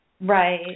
Right